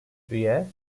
üye